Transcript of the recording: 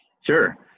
Sure